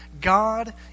God